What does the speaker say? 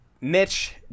mitch